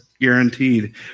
guaranteed